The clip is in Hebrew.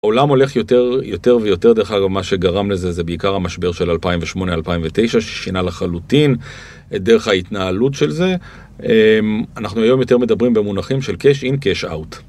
העולם הולך יותר ויותר, דרך אגב, מה שגרם לזה זה בעיקר המשבר של 2008-2009 ששינה לחלוטין את דרך ההתנהלות של זה, אנחנו היום יותר מדברים במונחים של קאש אין, קאש אאוט.